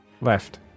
left